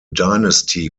dynasty